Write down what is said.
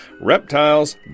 reptiles